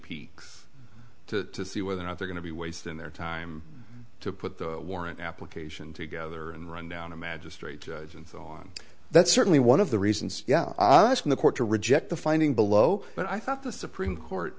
peek to see whether or not they're going to be wasting their time to put the warrant application together and run down a magistrate judge and so on that's certainly one of the reasons yeah i'm asking the court to reject the finding below but i thought the supreme court